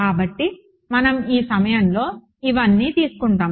కాబట్టి మనం ఈ సమయంలో ఇవన్నీ తీసుకుంటాము